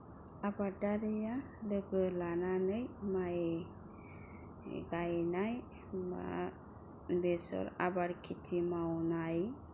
आबादारिया लोगो लानानै माइ गायनाय मा बेसर आबाद खेति मावनाय